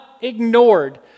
ignored